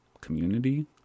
community